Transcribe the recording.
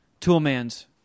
Toolman's